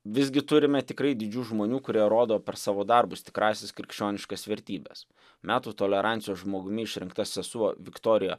visgi turime tikrai didžių žmonių kurie rodo per savo darbus tikrąsias krikščioniškas vertybes metų tolerancijos žmogumi išrinkta sesuo viktorija